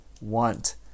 want